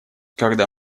когда